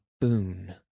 Boon